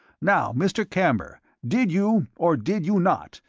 now, mr. camber, did you, or did you not,